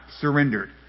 surrendered